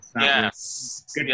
Yes